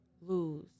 lose